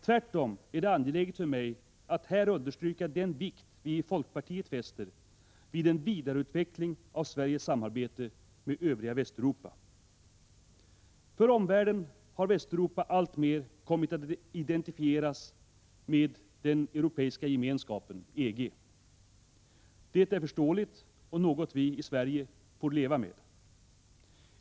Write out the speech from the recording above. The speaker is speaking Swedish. Tvärtom är det angeläget för mig att här understryka den vikt vi i folkpartiet fäster vid en vidareutveckling av Sveriges samarbete med övriga Västeuropa. För omvärlden har Västeuropa alltmer kommit att identifieras med den Europeiska gemenskapen, EG. Det är förståeligt och något som vi i Sverige får leva med.